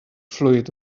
fluid